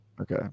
Okay